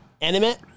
Animate